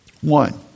one